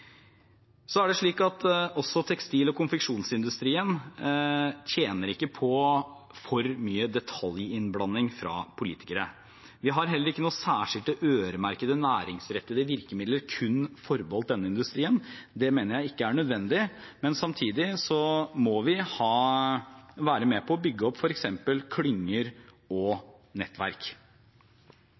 Så er det slik at tekstil- og konfeksjonsindustrien tjener ikke på for mye detaljinnblanding fra politikere. Vi har heller ikke særskilte øremerkede næringsrettede virkemidler kun forbeholdt denne industrien – det mener jeg ikke er nødvendig. Samtidig må vi være med på å bygge opp f.eks. klynger og nettverk.